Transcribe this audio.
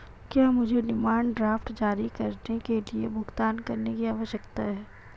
क्या मुझे demand draft जारी करने के लिए भुगतान करने की आवश्यकता है?